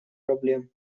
проблем